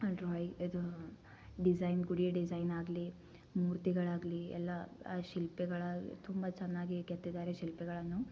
drawing ಇದೂ design ಗುಡಿ design ಆಗಲಿ ಮೂರ್ತಿಗಳಾಗಲಿ ಎಲ್ಲ ಶಿಲ್ಪಗಳು ಆಗಲಿ ತುಂಬ ಚೆನ್ನಾಗಿ ಕೆತ್ತಿದ್ದಾರೆ ಶಿಲ್ಪಗಳನ್ನ